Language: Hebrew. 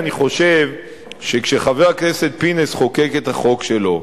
אני חושב שכשחבר הכנסת פינס חוקק את החוק שלו,